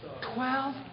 Twelve